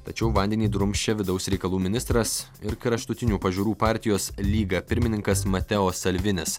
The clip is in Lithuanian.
tačiau vandenį drumsčia vidaus reikalų ministras ir kraštutinių pažiūrų partijos lyga pirmininkas mateo salvinis